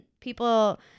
People